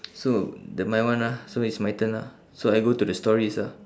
so the my one ah so it's my turn ah so I go to the stories ah